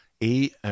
et